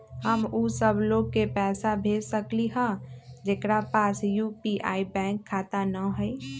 हम उ सब लोग के पैसा भेज सकली ह जेकरा पास यू.पी.आई बैंक खाता न हई?